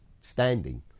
standing